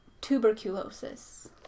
tuberculosis